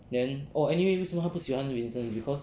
then oh anyway 为什么他不喜欢 vincent is because